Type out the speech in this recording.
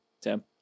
Tim